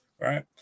right